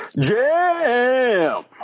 Jam